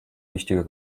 wichtiger